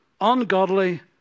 ungodly